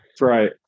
right